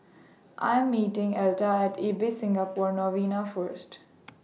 I Am meeting Elta At Ibis Singapore Novena First